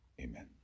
Amen